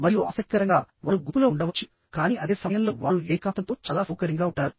మరియు ఆసక్తికరంగా వారు గుంపులో ఉండవచ్చు కానీ అదే సమయంలో వారు ఏకాంతంతో చాలా సౌకర్యంగా ఉంటారు